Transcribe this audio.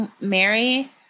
Mary